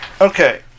Okay